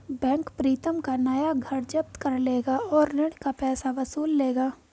bank Pritam का नया घर जब्त कर लेगा और ऋण का पैसा वसूल लेगा